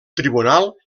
tribunal